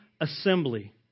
assembly